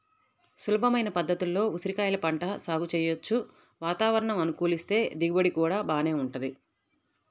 సులభమైన పద్ధతుల్లో ఉసిరికాయల పంట సాగు చెయ్యొచ్చు, వాతావరణం అనుకూలిస్తే దిగుబడి గూడా బాగానే వుంటది